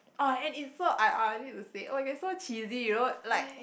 oh and it's so ironic to say oh you're so cheesy you know like